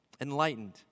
enlightened